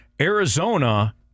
Arizona